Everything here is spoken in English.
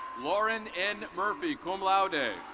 lauren n. murphy cum laude.